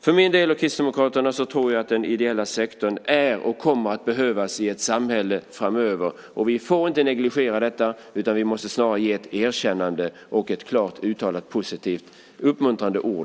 För min och Kristdemokraternas del tror jag att den ideella sektorn behövs och kommer att behövas i ett samhälle framöver. Vi får inte negligera detta, utan vi måste snarare ge den verksamheten ett erkännande och ett klart uttalat positivt uppmuntrande ord.